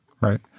right